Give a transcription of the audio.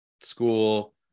school